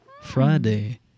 Friday